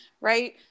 right